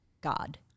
God